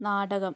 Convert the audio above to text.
നാടകം